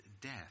death